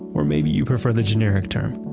or maybe you prefer the generic term,